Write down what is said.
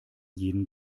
jeden